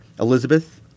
Elizabeth